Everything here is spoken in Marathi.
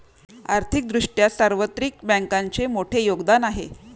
आर्थिक दृष्ट्या सार्वत्रिक बँकांचे मोठे योगदान आहे